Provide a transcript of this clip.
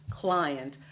client